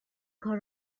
کار